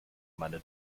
meine